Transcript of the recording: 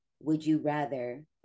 would-you-rather